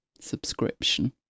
subscription